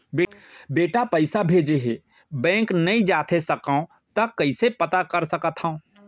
बेटा पइसा भेजे हे, बैंक नई जाथे सकंव त कइसे पता कर सकथव?